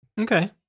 Okay